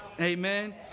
Amen